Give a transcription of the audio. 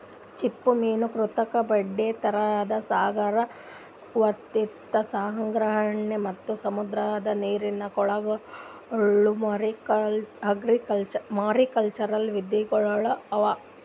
ಚಿಪ್ಪುಮೀನು, ಕೃತಕ ಬಂಡೆ, ತೆರೆದ ಸಾಗರ, ವರ್ಧಿತ ಸಂಗ್ರಹಣೆ ಮತ್ತ್ ಸಮುದ್ರದ ನೀರಿನ ಕೊಳಗೊಳ್ ಮಾರಿಕಲ್ಚರ್ ವಿಧಿಗೊಳ್ ಅವಾ